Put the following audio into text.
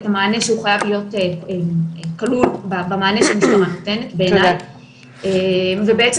את המענה שהוא חייב להיות כלול במענה שהמשטרה נותנת בעיניי ובעצם,